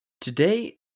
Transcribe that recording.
Today